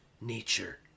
nature